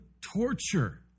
torture